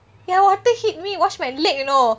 ya water hit me wash my leg you know